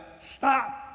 stop